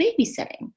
babysitting